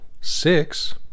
six